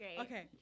Okay